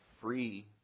free